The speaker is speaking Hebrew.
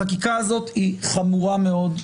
החקיקה הזאת היא חמור המאוד,